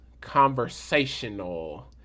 conversational